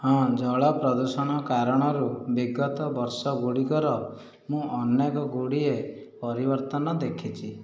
ହଁ ଜଳ ପ୍ରଦୂଷଣ କାରଣରୁ ବିଗତ ବର୍ଷଗୁଡ଼ିକର ମୁଁ ଅନେକ ଗୁଡ଼ିଏ ପରିବର୍ତ୍ତନ ଦେଖିଛି